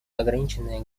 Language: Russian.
ограниченное